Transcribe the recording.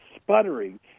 sputtering